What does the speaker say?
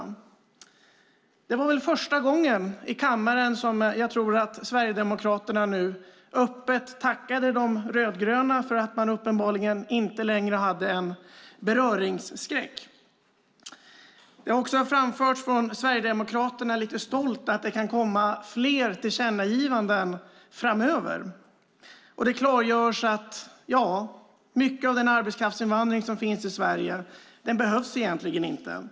Jag tror att det var första gången i kammaren som Sverigedemokraterna öppet tackade de rödgröna för att de uppenbarligen inte längre hade en beröringsskräck. Det har också framförts från Sverigedemokraterna, lite stolt, att det kan komma fler tillkännagivanden framöver, och det klargörs att mycket av den arbetskraftsinvandring som finns i Sverige egentligen inte behövs.